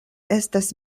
estas